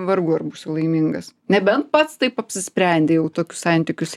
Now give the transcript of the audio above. vargu ar būsi laimingas nebent pats taip apsisprendei jau tokius santykius